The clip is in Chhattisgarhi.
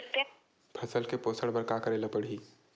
फसल के पोषण बर का करेला पढ़ही?